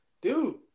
dude